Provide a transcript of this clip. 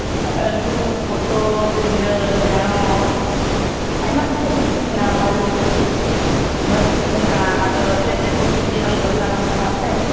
ᱟᱞᱩ ᱯᱚᱴᱚᱞ ᱡᱷᱤᱸᱜᱟᱹ ᱰᱷᱮᱬᱚᱥ ᱟᱭᱢᱟ ᱠᱤᱪᱷᱩ ᱥᱚᱵᱡᱤ ᱢᱮᱱᱟᱜᱼᱟ ᱢᱟᱹᱨᱤᱪ ᱢᱟᱹᱨᱤᱪ ᱦᱚᱸ ᱢᱮᱱᱟᱜᱼᱟ ᱟᱫᱚ ᱪᱮᱫ ᱪᱮᱫ ᱠᱚ ᱥᱚᱵᱡᱤ ᱟᱢ ᱫᱚᱨᱠᱟᱨᱟᱢ ᱠᱟᱱᱟ ᱮᱱᱛᱮᱫ